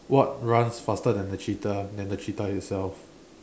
what runs faster than a cheetah than the cheetah itself